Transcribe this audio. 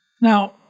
Now